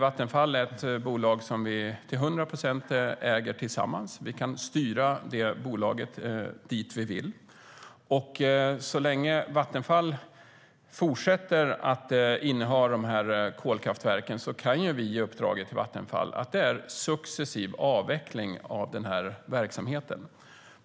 Vattenfall är ett bolag som vi till hundra procent äger tillsammans. Vi kan styra det bolaget dit vi vill. Så länge Vattenfall fortsätter att äga dessa kolkraftverk kan vi ge uppdrag till Vattenfall att successivt avveckla den verksamheten.